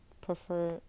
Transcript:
prefer